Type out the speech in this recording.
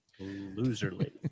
loserly